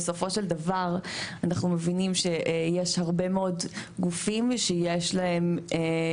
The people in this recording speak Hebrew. בסופו של דבר אנחנו מבינים שיש הרבה מאוד גופים שיש להם,